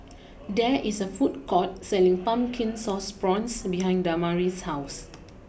there is a food court selling Pumpkin Sauce Prawns behind Damari's house